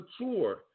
mature